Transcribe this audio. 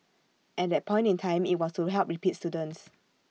at that point in time IT was to help repeat students